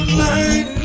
light